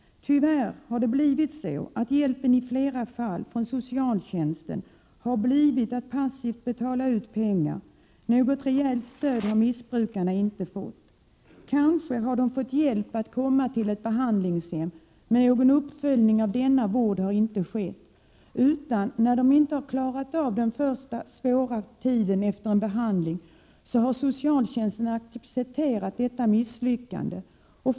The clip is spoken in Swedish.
Tyvärr har hjälpen från socialtjänsten i flera fall bestått i att man passivt betalat ut pengar — något rejält stöd har missbrukarna inte fått. Kanske har de fått hjälp att komma till ett behandlingshem, men någon uppföljning av denna vård har inte skett, utan när de inte har klarat av den första svåra tiden efter en behandling, har socialtjänsten accepterat detta misslyckande.